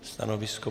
Stanovisko?